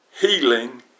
healing